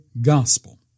gospel